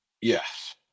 Yes